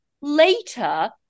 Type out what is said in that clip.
later